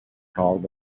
called